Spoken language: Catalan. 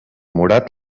morat